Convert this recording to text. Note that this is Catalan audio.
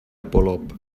polop